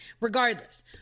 Regardless